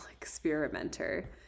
experimenter